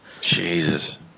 Jesus